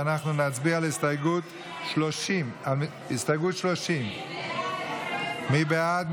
אנחנו נצביע על הסתייגות 30. מי בעד?